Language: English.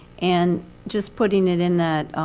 and just putting it in